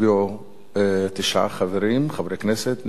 הצביעו תשעה חברי כנסת,